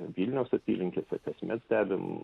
vilniaus apylinkėse kasmet stebim